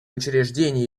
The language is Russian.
учреждения